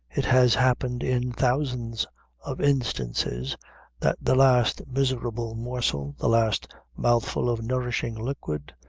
it has happened in thousands of instances that the last miserable morsel, the last mouthful of nourishing liquid,